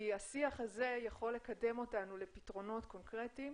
כי השיח הזה יכול לקדם אותנו לפתרונות קונקרטיים.